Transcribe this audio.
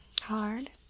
Hard